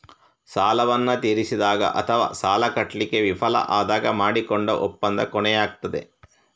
ಸಾಲವನ್ನ ತೀರಿಸಿದಾಗ ಅಥವಾ ಸಾಲ ಕಟ್ಲಿಕ್ಕೆ ವಿಫಲ ಆದಾಗ ಮಾಡಿಕೊಂಡ ಒಪ್ಪಂದ ಕೊನೆಯಾಗ್ತದೆ